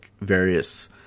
various